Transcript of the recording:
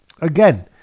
again